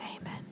Amen